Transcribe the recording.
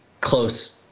close